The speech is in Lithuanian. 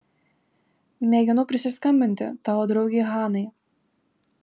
mėginau prisiskambinti tavo draugei hanai